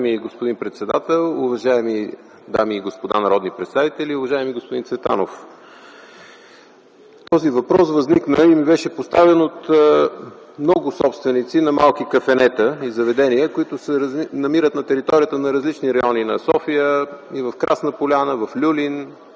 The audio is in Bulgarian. Уважаеми господин председател, уважаеми дами и господа народни представители, уважаеми господин Цветанов! Този въпрос възникна и ми беше поставен от много собственици на малки кафенета и заведения, които се намират на територията на различни райони на София – в „Красна поляна”, в „Люлин”,